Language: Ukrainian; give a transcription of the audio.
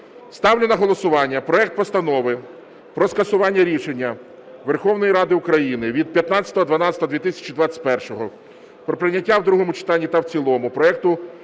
ставлю на голосування проект Постанови про скасування рішення Верховної Ради України від 15.12.2021 про прийняття у другому читанні та в цілому проекту